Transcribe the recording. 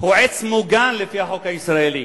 הוא עץ מוגן לפי החוק הישראלי.